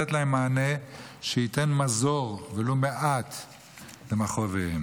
לתת להם מענה שייתן מזור ולו במעט למכאוביהם.